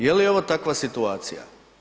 Je li ovo takva situacija?